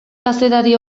kazetari